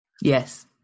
Yes